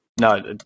No